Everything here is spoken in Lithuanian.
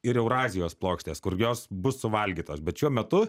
ir eurazijos plokštės kur jos bus suvalgytos bet šiuo metu